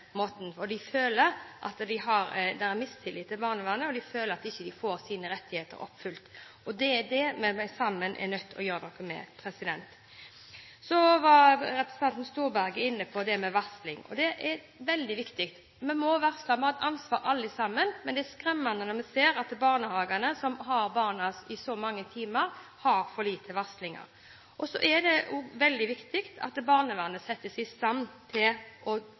De føler at de har mistillit til barnevernet, og de føler at de ikke får sine rettigheter oppfylt. Det er vi sammen nødt til å gjøre noe med. Så var representanten Storberget inne på dette med varsling. Det er veldig viktig. Vi må varsle. Vi har et ansvar alle sammen. Det er skremmende når vi ser at barnehagene, som har barna i så mange timer, har for lite varsling. Det er også veldig viktig at barnevernet settes i stand til å